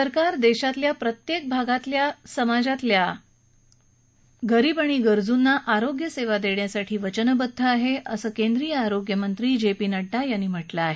सरकार देशातल्या प्रत्येक भागातल्या समाजातील गरीब आणि गरजूंना आरोग्य सेवा देण्यासाठी वचनबद्व आहे असं केंद्रीय आरोग्यमंत्री जे पी नड्डा यांनी म्हटलं आहे